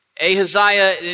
Ahaziah